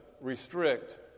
restrict